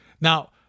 Now